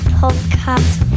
podcast